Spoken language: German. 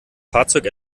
fahrzeug